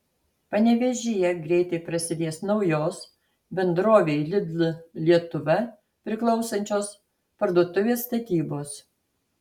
panevėžyje greitai prasidės naujos bendrovei lidl lietuva priklausančios parduotuvės statybos